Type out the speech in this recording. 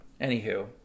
Anywho